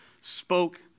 spoke